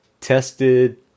tested